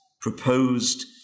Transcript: proposed